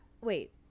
Wait